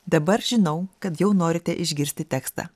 dabar žinau kad jau norite išgirsti tekstą